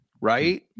right